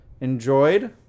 enjoyed